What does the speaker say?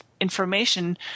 information